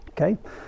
Okay